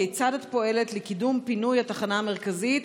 כיצד את פועלת לקידום פינוי התחנה המרכזית,